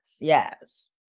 yes